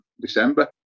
December